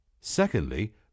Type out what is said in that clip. Secondly